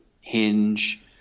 hinge